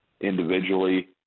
individually